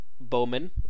bowman